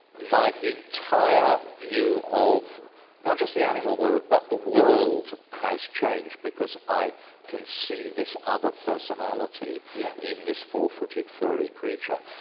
my entire view of not just the animal world but the world has changed, because i can see this other personality yeah in this four-footed furry creature,